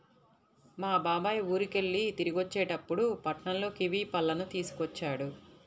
మా బాబాయ్ ఊరికెళ్ళి తిరిగొచ్చేటప్పుడు పట్నంలో కివీ పళ్ళను తీసుకొచ్చాడు